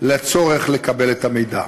לצורך לקבל את המידע.